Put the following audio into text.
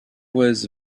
was